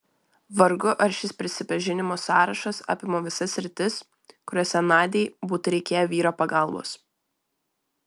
vargu ar šis prisipažinimų sąrašas apima visas sritis kuriose nadiai būtų reikėję vyro pagalbos